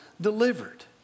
delivered